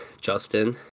Justin